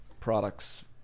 products